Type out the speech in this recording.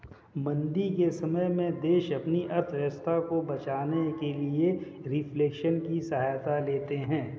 मंदी के समय में देश अपनी अर्थव्यवस्था को बचाने के लिए रिफ्लेशन की सहायता लेते हैं